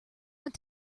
want